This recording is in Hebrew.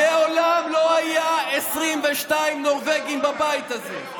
מעולם לא היו 22 נורבגים בבית הזה,